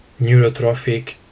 neurotrophic